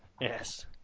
Yes